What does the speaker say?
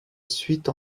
suite